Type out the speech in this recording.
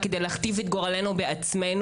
רוצים להכתיב את גורלנו בעצמנו.